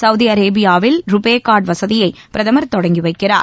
Saudi அரேபியாவில் RuPay card வசதியை பிரதமர் தொடங்கிவைக்கிறார்